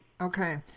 Okay